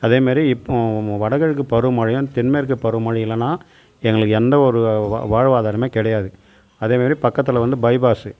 அதே மாதிரி இப்போ வடகிழக்கு பருவ மழையும் தென் மேற்கு பருவ மழை இல்லைன்னா எங்களுக்கு எந்த ஒரு வா வாழ்வாதாரமுமே கிடையாது அதே மாதிரி பக்கத்தில் வந்து பைபாஸூ